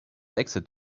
exit